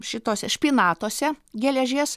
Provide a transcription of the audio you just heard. šituose špinatuose geležies